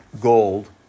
gold